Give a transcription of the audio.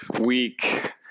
week